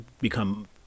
become